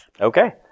Okay